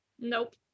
Nope